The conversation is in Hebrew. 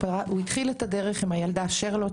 הוא התחיל את הדרך עם הילדה שרלוט,